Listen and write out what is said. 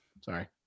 Sorry